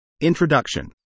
Introduction